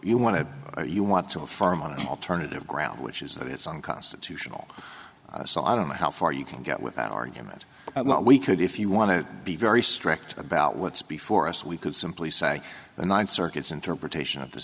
you want to you want to farm on an alternative ground which is that it's unconstitutional so i don't know how far you can get with that argument we could if you want to be very strict about what's before us we could simply say the ninth circuit's interpretation of the